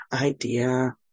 idea